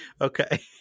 okay